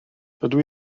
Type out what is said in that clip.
dydw